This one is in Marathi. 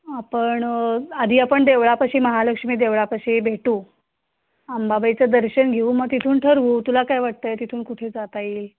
आपण आधी आपण देवळापाशी महालक्ष्मी देवळापाशी भेटू आंबाबाईचं दर्शन घेऊ मग तिथून ठरवू तुला काय वाटत आहे तथून कुठे जाता येईल